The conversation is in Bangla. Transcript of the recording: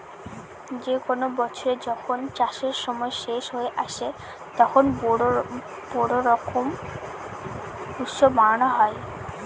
যে কোনো বছরে যখন চাষের সময় শেষ হয়ে আসে, তখন বোরো করুম উৎসব মানানো হয়